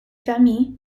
famille